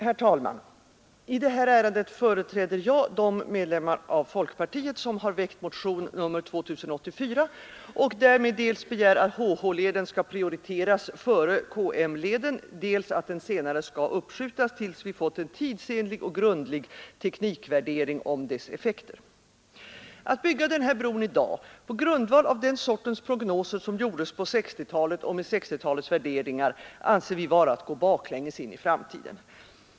Herr talman! I detta ärende företräder jag de medlemmar av folkpartiet, som väckt motionen 2084 och därmed begär dels att HH-leden skall prioriteras före KM-leden, dels att den senare skall uppskjutas tills vi fått en tidsenlig och grundlig teknikvärdering av dess effekter. Att bygga denna bro i dag, på grundval av den sortens prognoser som gjorts på 60-talet och med 60-talets värderingar, anser vi vara att gå baklänges in i framtiden.